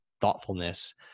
thoughtfulness